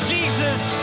Jesus